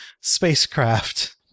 spacecraft